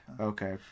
Okay